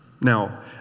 Now